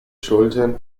schultern